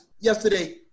yesterday